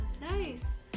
nice